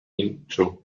into